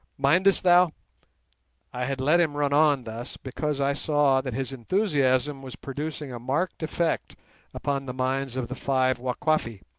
mindest thou i had let him run on thus because i saw that his enthusiasm was producing a marked effect upon the minds of the five wakwafi,